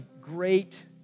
great